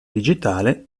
digitale